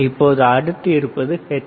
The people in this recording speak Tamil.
இப்போது அடுத்து இருப்பது ஹெர்ட்ஸ்